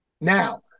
Now